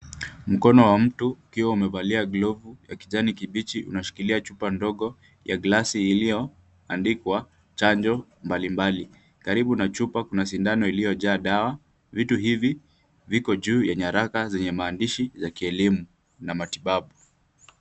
Mkono wa mtu ukiwa umevalia glovu ya kijani kibichi unashikilia chupa ndogo ya glasi iliyoandikwa chanjo mbalimbali karibu na chupa kuna shindano iliyajaa dawa ,vitu hivi viko juu ya rafa yenye maandishi za kielimu na matibabu.